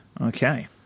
Okay